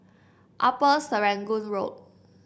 Upper Serangoon Road